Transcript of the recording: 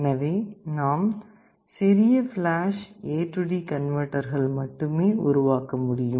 எனவே நாம் சிறிய ஃபிலாஷ் AD கன்வெர்ட்டர்கள் மட்டுமே உருவாக்க முடியும்